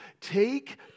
Take